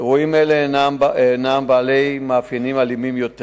אירועים אלה הם בעלי מאפיינים אלימים יותר.